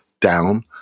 down